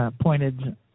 Pointed